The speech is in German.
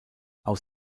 aus